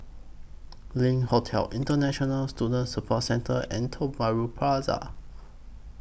LINK Hotel International Student Support Centre and Tiong Bahru Plaza